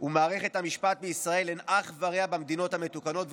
ומערכת המשפט בישראל אין אח ורע במדינות המתוקנות,